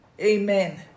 amen